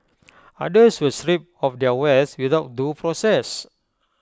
others were stripped of their wealth without due process